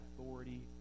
authority